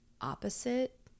opposite